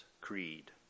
creed